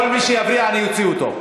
כל מי שיפריע, אני אוציא אותו.